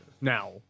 Now